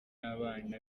abana